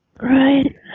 Right